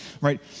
Right